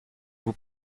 vous